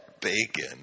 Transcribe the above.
Bacon